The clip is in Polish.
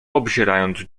obzierając